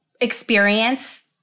experience